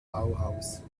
bauhaus